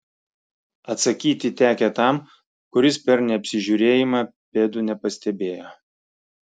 atsakyti tekę tam kiuris per neapsižiūrėjimą pėdų nepastebėjo